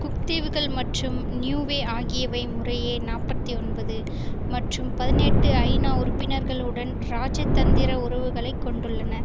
cook தீவுகள் மற்றும் Niue ஆகியவை முறையே நாற்பத்தி ஒன்பது மற்றும் பதினெட்டு ஐநா உறுப்பினர்களுடன் இராஜதந்திர உறவுகளை கொண்டுள்ளன